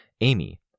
Amy